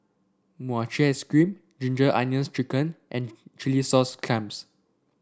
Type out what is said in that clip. Mochi Ice Cream Ginger Onions chicken and Chilli Sauce Clams